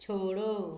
छोड़ो